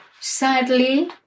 Sadly